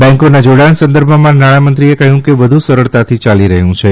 બેન્કોનાં જોડાણ સંદર્ભમાં નાણાંમંત્રીએ કહ્યું કે બધું સરળતાથી ચાલી રહ્યું છે